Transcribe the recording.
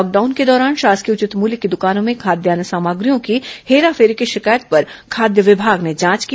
lockdown के दौरान शासकीय उचित मूल्य की दुकानों में खाद्यान्न सामग्रियों की हेरा फेरी की शिकायत पर खाद्य विभाग ने जांच की